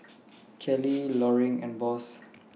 Kelly Loring and Boss